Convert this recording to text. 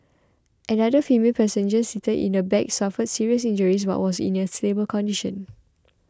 another female passenger seated in the back suffered serious injuries but was in a stable condition